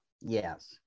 Yes